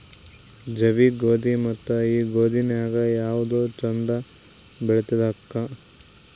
ಜವಿ ಗೋಧಿ ಮತ್ತ ಈ ಗೋಧಿ ನ್ಯಾಗ ಯಾವ್ದು ಛಂದ ಬೆಳಿತದ ಅಕ್ಕಾ?